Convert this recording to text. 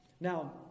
Now